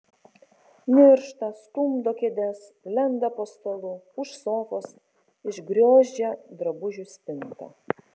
niršta stumdo kėdes lenda po stalu už sofos išgriozdžia drabužių spintą